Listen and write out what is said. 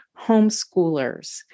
homeschoolers